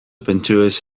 pentsioez